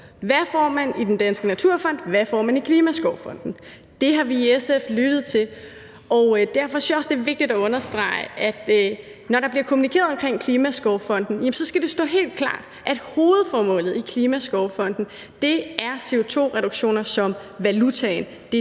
Hvad får man i Den Danske Naturfond, hvad får man i Klimaskovfonden? Det har vi i SF lyttet til, og derfor synes jeg også, at det er vigtigt at understrege, at når der bliver kommunikeret omkring Klimaskovfonden, skal det stå helt klart, at hovedformålet i Klimaskovfonden er CO2-reduktioner som valutaen